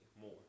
more